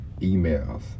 emails